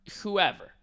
whoever